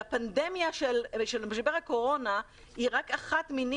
והפנדמיה של משבר הקורונה היא רק אחת מיני